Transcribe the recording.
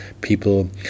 people